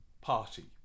party